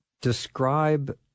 describe